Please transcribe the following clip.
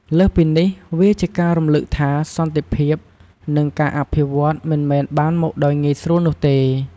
លើសពីនេះវាជាការរំឭកថា សន្តិភាពនិងការអភិវឌ្ឍន៍មិនមែនបានមកដោយងាយស្រួលនោះទេ។